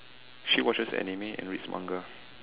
she watches anime and reads Manga